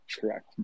Correct